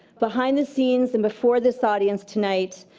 behind the scenes and before this audience tonight,